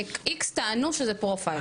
X טענו שזה פרופיילינג.